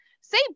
Say